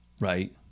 right